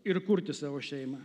ir kurti savo šeimą